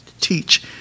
teach